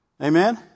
Amen